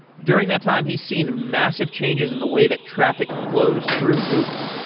during that time he's seen massive changes in the way that traffic flows through google.